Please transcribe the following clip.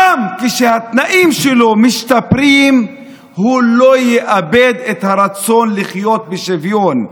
גם כשהתנאים שלו משתפרים הוא לא יאבד את הרצון לחיות בשוויון,